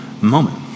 moment